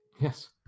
Yes